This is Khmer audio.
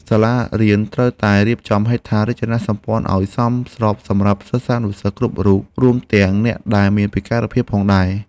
សាលារៀនត្រូវតែរៀបចំហេដ្ឋារចនាសម្ព័ន្ធឱ្យសមស្របសម្រាប់សិស្សានុសិស្សគ្រប់រូប រួមទាំងអ្នកដែលមានពិការភាពផងដែរ។